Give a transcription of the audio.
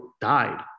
died